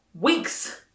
weeks